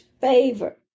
favor